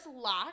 lock